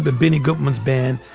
but benny goodman band,